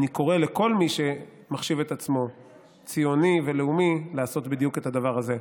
אני קורא לכל מי שמחשיב את עצמו ציוני ולאומי לעשות בדיוק את הדבר הזה.